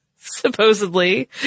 supposedly